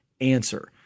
answer